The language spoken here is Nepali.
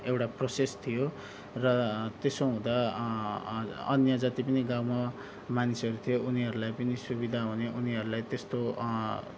एउटा प्रसेस थियो र त्यसो हुँदा अन्य जति पनि गाउँमा मान्छेहरू थिए उनीहरूलाई पनि सुविधा हुने उनीहरूलाई त्यस्तो